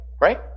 right